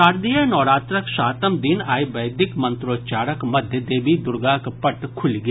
शारदीय नवरात्रक सातम दिन आइ वैदिक मंत्रोच्चारक मध्य देवी दुर्गाक पट खुलि गेल